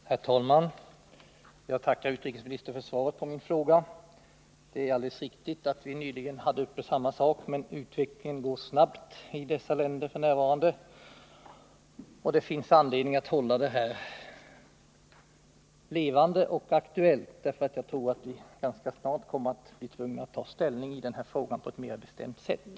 Nr 47 Herr talman! Jag tackar utrikesministern för svaret på min fråga. Det är Fredagen den alldeles riktigt att vi nyligen hade uppe samma sak, men utvecklingen går 7 december 1979 snabbt i Sydöstasien f. n., och det finns anledning att håll? frågan levande och aktuell. Jag tror att vi ganska snart kommer att bii tvungna att ta ställning till Om upprättande den på ett mer bestämt sätt.